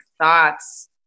thoughts